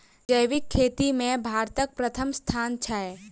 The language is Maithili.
जैबिक खेती मे भारतक परथम स्थान छै